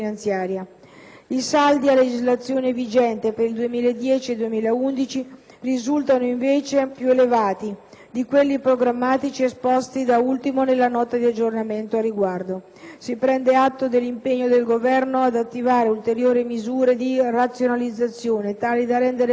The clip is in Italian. I saldi a legislazione vigente per il 2010 e 2011 risultano invece più elevati di quelli programmatici esposti da ultimo nella Nota di aggiornamento. Al riguardo, si prende atto dell'impegno del Governo ad attivare ulteriori misure di razionalizzazione tali da rendere possibile